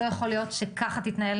לא יכול להיות שכך תתנהל